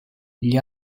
gli